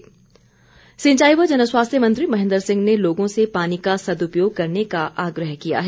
महेन्द्र सिंह सिंचाई व जन स्वास्थ्य मंत्री महेन्द्र सिंह ने लोगों से पानी का सदुपयोग करने का आग्रह किया है